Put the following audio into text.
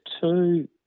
two